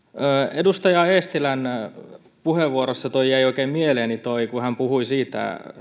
edustaja eestilän puheenvuorosta jäi oikein mieleeni tuo kun hän puhui siitä